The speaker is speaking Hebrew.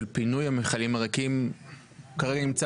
פינוי המכלים הריקים לא תלוי במשהו מסוים,